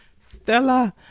Stella